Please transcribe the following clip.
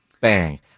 Bang